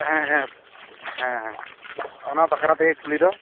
ᱦᱮᱸ ᱦᱮᱸ ᱦᱮᱸ ᱦᱮᱸ ᱚᱱᱟ ᱵᱟᱠᱷᱟᱨᱟ ᱛᱮᱜᱮ ᱠᱩᱞᱤ ᱫᱚ